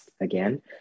again